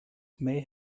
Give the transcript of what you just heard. may